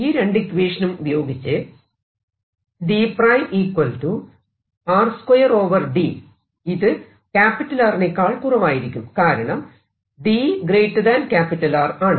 ഈ രണ്ടു ഇക്വേഷനും ഉപയോഗിച്ച് കാരണം d R ആണ്